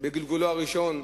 בגלגולו הראשון,